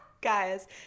Guys